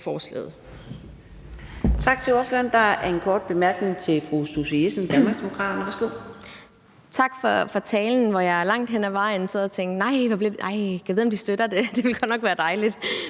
Tak for talen, hvor jeg langt hen ad vejen sad og tænkte: Gad vide, om de støtter det? Det ville godt nok være dejligt,